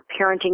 parenting